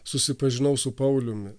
susipažinau su pauliumi